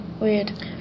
weird